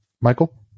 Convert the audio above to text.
Michael